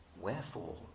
Wherefore